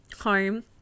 home